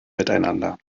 miteinander